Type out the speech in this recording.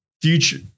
future